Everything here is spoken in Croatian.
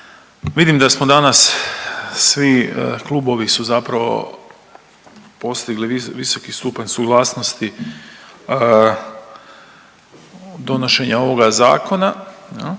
vidim da smo danas svi klubovi su zapravo postigli visoki stupanj suglasnosti donošenja ovoga zakona